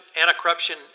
anti-corruption